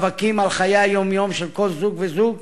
אפשר לראות זאת במאבקים על חיי היום-יום של כל זוג וזוג.